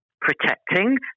protecting